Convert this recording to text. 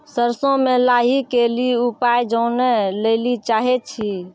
सरसों मे लाही के ली उपाय जाने लैली चाहे छी?